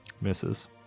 Misses